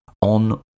on